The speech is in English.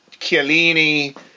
Chiellini